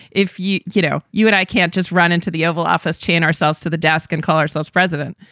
if, you you know, you and i can't just run into the oval office, chain ourselves to the desk and call ourselves president.